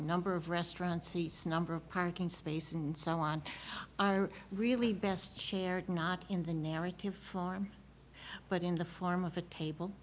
number of restaurant seats number of parking space and so on are really best shared not in the narrative form but in the form of a table